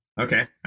Okay